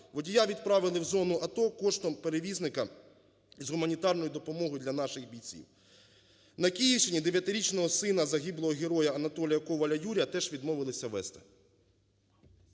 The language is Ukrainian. Водія відправили в зону АТО коштом перевізника з гуманітарною допомогою для наших бійців. На Київщині дев'ятирічного сина загиблого героя Анатолія Коваля, Юрія, теж відмовились везти.